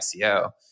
ICO